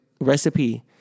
Recipe